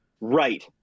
Right